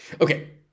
Okay